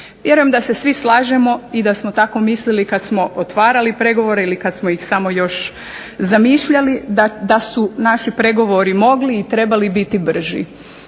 Vjerujem da se svi slažemo i da smo tako mislili kad smo otvarali pregovore ili kad smo ih samo još zamišljali, da su naši pregovori mogli i trebali biti brži.